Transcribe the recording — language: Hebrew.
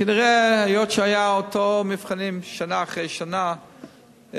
מכיוון שהיו אותם מבחנים שנה אחרי שנה,